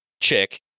chick